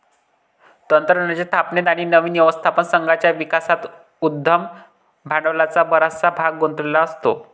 तंत्रज्ञानाच्या स्थापनेत आणि नवीन व्यवस्थापन संघाच्या विकासात उद्यम भांडवलाचा बराचसा भाग गुंतलेला असतो